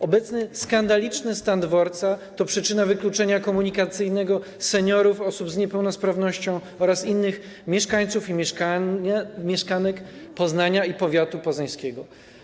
Obecny skandaliczny stan dworca jest przyczyną wykluczenia komunikacyjnego seniorów, osób z niepełnosprawnością oraz innych mieszkańców i mieszkanek Poznania i powiatu poznańskiego.